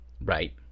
Right